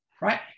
Right